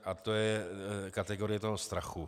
A to je kategorie toho strachu.